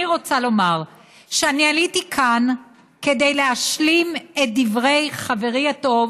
אני רוצה לומר שאני עליתי כאן כדי להשלים את דברי חברי הטוב